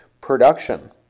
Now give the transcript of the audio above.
production